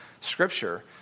Scripture